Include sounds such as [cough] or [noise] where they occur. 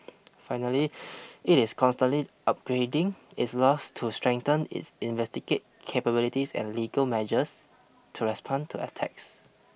finally [noise] it is constantly upgrading its laws to strengthen its investigate capabilities and legal measures to respond to attacks